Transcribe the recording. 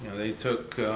they took